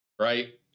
right